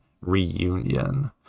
Reunion